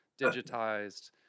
digitized